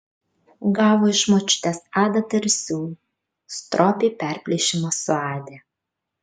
gavo iš močiutės adatą ir siūlų stropiai perplyšimą suadė